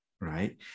right